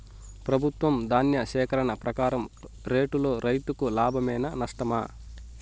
ప్రభుత్వం ధాన్య సేకరణ ప్రకారం రేటులో రైతుకు లాభమేనా నష్టమా?